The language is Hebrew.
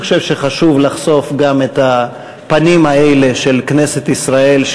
אני חושב שחשוב לחשוף גם את הפנים האלה של כנסת ישראל,